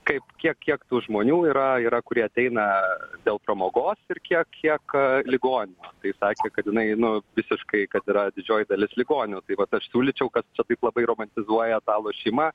kaip kiek kiek tų žmonių yra yra kurie ateina dėl pramogos ir kiek kiek ligonių tai sakė kad jinai nu visiškai kad yra didžioji dalis ligonių tai vat aš siūlyčiau kad čia taip labai romantizuojat tą lošimą